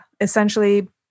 essentially